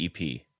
EP